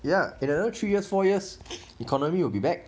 ya in another three years four years economy will be back